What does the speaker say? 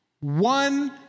one